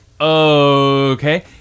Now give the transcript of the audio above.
Okay